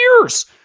years